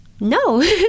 No